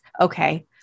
okay